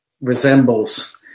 resembles